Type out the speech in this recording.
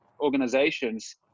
organizations